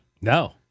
No